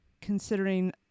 considering